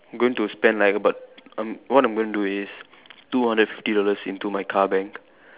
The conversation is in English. going to spend like about um what I'm gonna do is two hundred and fifty dollars into my car bank